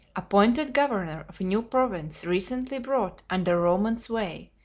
appointed governor of a new province recently brought under roman sway,